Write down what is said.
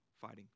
fighting